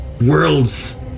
Worlds